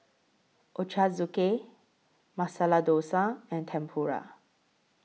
Ochazuke Masala Dosa and Tempura